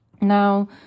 now